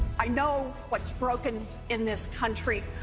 i know what is broken in this country.